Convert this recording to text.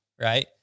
right